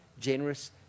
generous